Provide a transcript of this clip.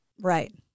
right